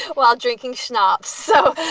while drinking schnapps so.